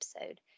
episode